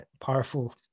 powerful